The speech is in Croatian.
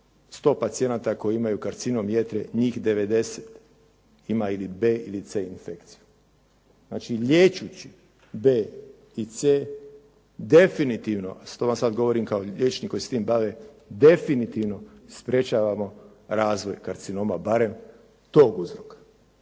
100 pacijenata koji imaju karcinom jetre njih 90 ima ili B ili C infekciju. Znači, liječeći B i C definitivno, to vam sada govorim kao liječnik koji se tim bavi, definitivno sprječavamo razvoj karcinoma barem tog uzroka.